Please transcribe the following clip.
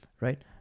Right